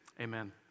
amen